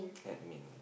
admin